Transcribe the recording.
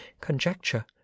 conjecture